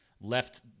left